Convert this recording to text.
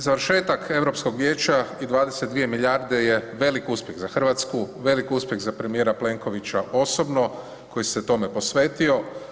Završetak Europskog vijeća i 22 milijarde je velik uspjeh za RH, velik uspjeh za premijera Plenkovića osobno koji se tome posvetio.